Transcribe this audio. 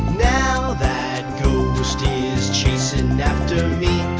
now that ghost is chasing after me.